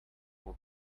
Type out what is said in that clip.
will